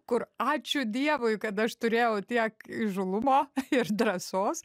kur ačiū dievui kad aš turėjau tiek įžūlumo ir drąsos